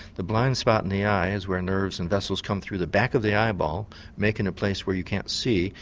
the blind spot in the eye is where nerves and vessels come through the back of the eyeball making a place where you can't see.